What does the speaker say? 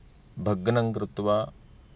भग्नं कृत्वा